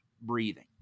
breathing